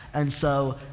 and so,